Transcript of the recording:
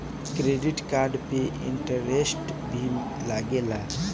Credit card पे interest भी लागेला?